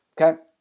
Okay